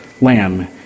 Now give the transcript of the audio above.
lamb